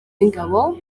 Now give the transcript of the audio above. w’ingabo